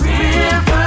river